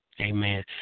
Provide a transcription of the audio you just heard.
Amen